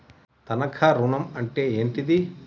తనఖా ఋణం అంటే ఏంటిది?